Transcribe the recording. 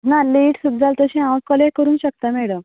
ना लेट सुदां जाल्यार तशें हांव कलेक्ट करूंक शकता मॅडम हय